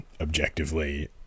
objectively